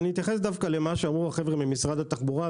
אתייחס דווקא למה שאמרו החבר'ה ממשרד התחבורה,